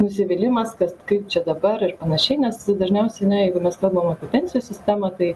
nusivylimas kas kaip čia dabar ir panašiai nes dažniausiai ane jeigu mes kalbam apie pensijų sistemą tai